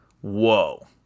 Whoa